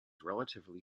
relatively